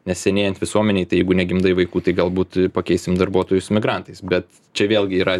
nes senėjant visuomenei tai jeigu negimdai vaikų tai galbūt pakeisim darbuotojus migrantais bet čia vėlgi yra